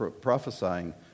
prophesying